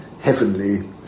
heavenly